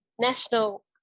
national